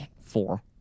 four